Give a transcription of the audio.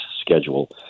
schedule